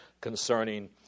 concerning